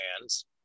hands